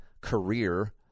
career